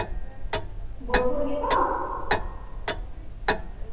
ᱵᱳᱞᱯᱩᱨ ᱨᱮᱜᱮ ᱛᱚ